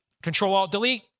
Control-Alt-Delete